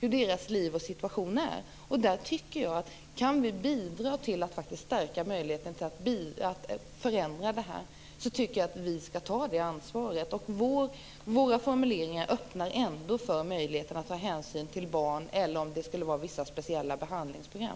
Om vi kan bidra till att stärka möjligheterna att förändra det här tycker jag att vi skall ta det ansvaret. Våra formuleringar öppnar ändå för möjligheten att ta hänsyn till barn eller om det skulle finnas speciella behandlingsprogram.